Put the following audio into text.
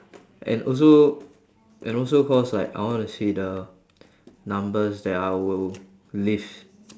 and also and also cause like I wanna see the numbers that I will lift